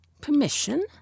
permission